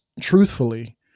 truthfully